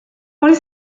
hori